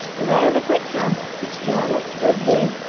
beware the quicksand, which yawneth for thee,